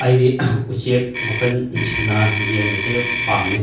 ꯑꯩꯗꯤ ꯎꯆꯦꯛ ꯃꯈꯜ ꯁꯨꯅ ꯌꯦꯡꯕꯁꯦ ꯄꯥꯝꯃꯦ